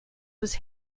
was